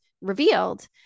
revealed